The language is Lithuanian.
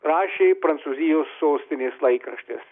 rašė prancūzijos sostinės laikraštis